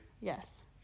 Yes